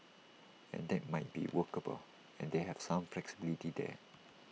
and that might be workable as they have some flexibility there